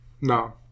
No